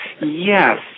Yes